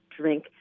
drink